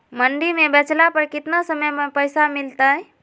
मंडी में बेचला पर कितना समय में पैसा मिलतैय?